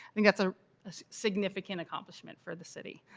i mean that's a significant accomplishment for the city.